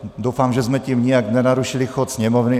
Doufám, že jsme tím nijak nenarušili chod Sněmovny.